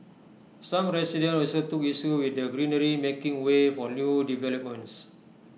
some residents also took issue with the greenery making way for new developments